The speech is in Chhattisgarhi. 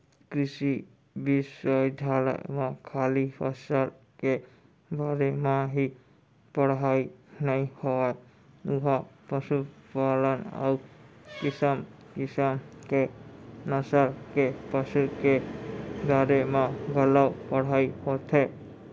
कृषि बिस्वबिद्यालय म खाली फसल के बारे म ही पड़हई नइ होवय उहॉं पसुपालन अउ किसम किसम के नसल के पसु के बारे म घलौ पढ़ाई होथे